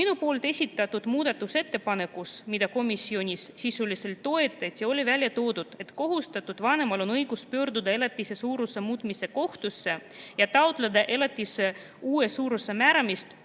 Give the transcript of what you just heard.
Minu esitatud muudatusettepanekus, mida komisjonis sisuliselt toetati, oli välja toodud, et kohustatud vanemal on õigus pöörduda elatise suuruse muutmiseks kohtusse ja taotleda elatise uue suuruse määramist,